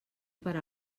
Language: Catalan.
per